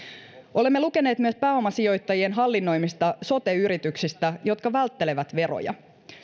olemme lukeneet myös pääomasijoittajien hallinnoimista sote yrityksistä jotka välttelevät veroja